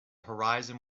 horizon